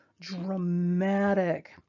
dramatic